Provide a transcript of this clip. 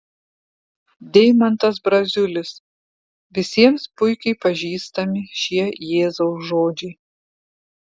deimantas braziulis visiems puikiai pažįstami šie jėzaus žodžiai